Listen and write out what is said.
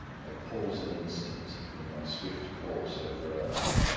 i pause an instant in my swift course over earth